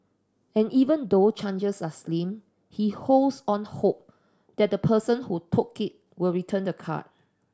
and even though are slim he holds out hope that the person who took it will return the card